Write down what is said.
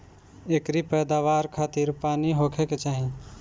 एकरी पैदवार खातिर पानी होखे के चाही